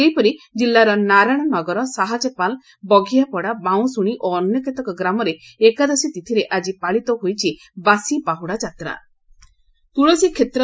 ସେହିପରି ଜିଲାର ନାରାୟଶ ନଗର ସାହାଜପାଲ ବଘିଆପଡା ବାଉଁଶ୍ବଣୀ ଓ ଅନ୍ୟ କେତେକ ଗ୍ରାମରେ ଏକାଦଶୀ ତିଥିରେ ଆଜି ପାଳିତ ହୋଇଅଛି ବାସି ବାହୁଡା ଯାତ୍ର